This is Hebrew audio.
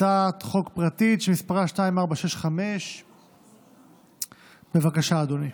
הצעת חוק פרטית שמספרה 2465. בבקשה, אדוני,